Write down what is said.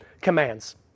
commands